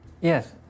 Yes